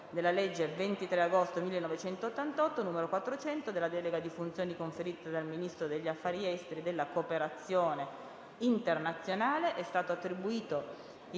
legge 23 agosto 1988, n. 400, della delega di funzioni conferita dal Ministro degli affari esteri e della cooperazione internazionale, è stato attribuito il